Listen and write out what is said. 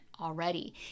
already